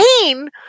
pain